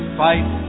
fight